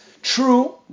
True